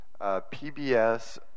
PBS